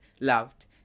loved